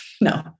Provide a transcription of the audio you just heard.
No